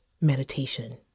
meditation